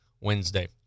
Wednesday